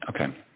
Okay